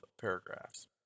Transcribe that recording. paragraphs